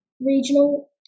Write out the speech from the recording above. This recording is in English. regional